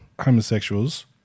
homosexuals